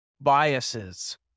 biases